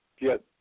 get